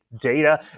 data